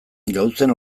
gauzen